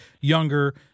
younger